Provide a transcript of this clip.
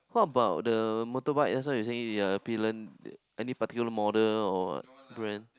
what about the motorbike just now you said you're a pillion any particular model or brand